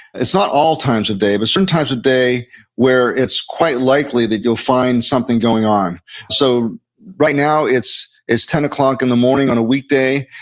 it's not all times of day, but certain times of day where it's quite likely that you'll find something going on so right now, it's it's ten o'clock in the morning on a weekday,